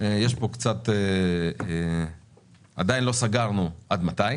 יש פה קצת עדיין לא סגרנו עד מתי,